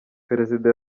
perezida